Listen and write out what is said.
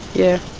yeah.